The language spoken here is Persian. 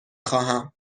خواهم